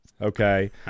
Okay